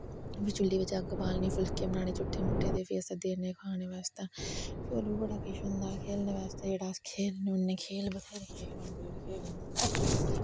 इयां चुल्ली बिच्च अग्ग बालनी फुल्के बनाने झूट्ठे मूट्ठे ते फ्ही असैं देने खाने बास्तै फ्ही होर बी बड़ा किश होंदा हा खेलने आस्तै जेह्ड़ा अस खेलने होन्ने खेल